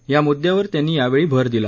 या मुद्यावर त्यांनी यावेळी भर दिला